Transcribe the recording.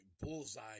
bullseye